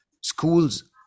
schools